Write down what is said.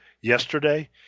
yesterday